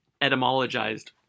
etymologized